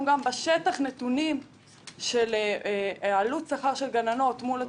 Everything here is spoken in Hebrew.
גם בשטח נתונים של עלות שכר של גננות מול התקצוב,